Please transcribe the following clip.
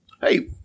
hey